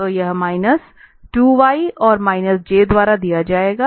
तो यह minus 2 y और माइनस j द्वारा दिया जाएगा